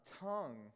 tongue